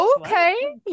okay